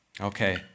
Okay